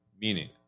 Meaning